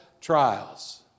trials